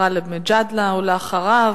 גאלב מג'אדלה, ואחריו,